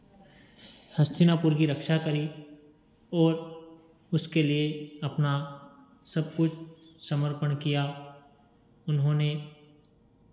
हस्तिनापुर की रक्षा करी और उसके लिए अपना सब कुछ समर्पण किया उन्होंने